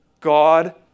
God